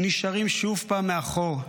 הם נשארים שוב מאחור.